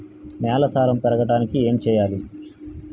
నేల సారం పెరగడానికి ఏం చేయాలి?